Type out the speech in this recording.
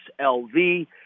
LV